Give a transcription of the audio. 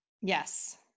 Yes